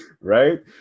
right